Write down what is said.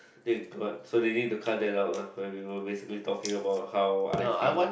thank god so they need to cut that out lah when we were basically talking about how I feel